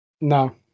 no